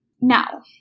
Now